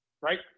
right